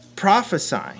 prophesying